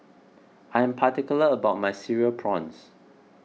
I am particular about my Cereal Prawns